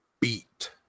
beat